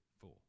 four